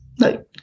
No